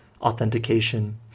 authentication